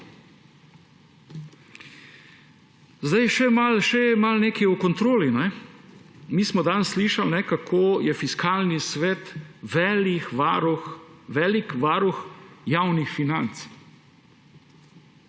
Še nekaj o kontroli. Mi smo danes slišali, kako je Fiskalni svet velik varuh javnih financ.